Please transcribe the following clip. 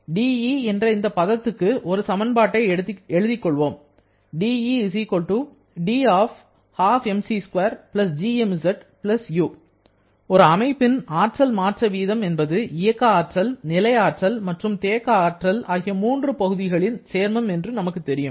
dE என்ற இந்த பதத்துக்கு ஒரு சமன்பாட்டை எழுதிக் கொள்வோம் ஒரு அமைப்பின் ஆற்றல் மாற்ற வீதம் என்பது இயக்க ஆற்றல் நிலை ஆற்றல் மற்றும் தேக்க ஆற்றல் ஆகிய மூன்று பகுதிகளின் சேர்மம் என்று நமக்கு தெரியும்